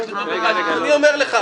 אני אומר לך,